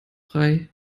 frei